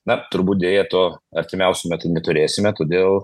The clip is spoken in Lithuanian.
na turbūt deja to artimiausiu metu neturėsime todėl